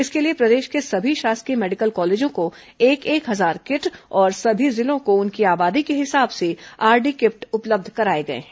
इसके लिए प्रदेश के सभी शासकीय मेडिकल कॉलेजों को एक एक हजार किट और सभी जिलों को उनकी आबादी के हिसाब से आरडी किट उपलब्ध कराए गए हैं